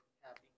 Happy